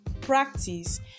practice